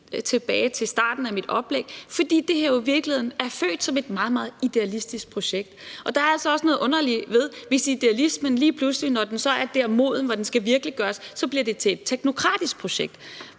tilbage i starten af mit oplæg, jo i virkeligheden er født som et meget, meget idealistisk projekt. Og der er altså også noget underligt ved det, hvis idealismen lige pludselig, når den er der, hvor den er moden og skal virkeliggøres, bliver til et teknokratisk projekt.